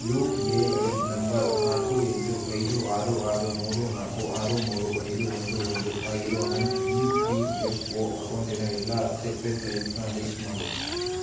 you A N number ನಾಲ್ಕು ಎಂಟು ಐದು ಆರು ಆರು ಮೂರು ನಾಲ್ಕು ಆರು ಮೂರು ಐದು ಒಂದು ಒಂದು ಆಗಿರೋ ನನ್ನ ಇ ಪಿ ಎಫ್ ಒ ಅಕೌಂಟಿನ ಎಲ್ಲ ಅಕ್ಸೆಪ್ಟೆಡ್ ಕ್ಲೇಮ್ಸ್ನ ಲೀಸ್ಟ್ ಮಾಡು